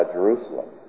Jerusalem